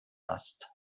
hast